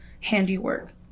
handiwork